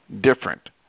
different